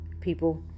people